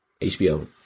HBO